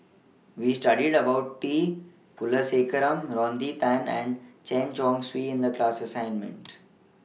We studied about T Kulasekaram Rodney Tan and Chen Chong Swee in The class assignment